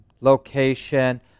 location